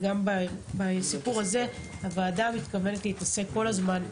גם בסיפור הזה הוועדה מתכוונת להתעסק כל הזמן,